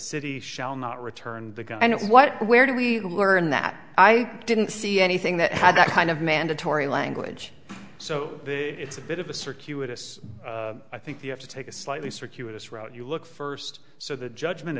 city shall not return the gun and what where do we learn that i didn't see anything that had that kind of mandatory language so it's a bit of a circuitous i think you have to take a slightly circuitous route you look first so the judgment